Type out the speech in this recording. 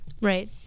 Right